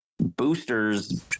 boosters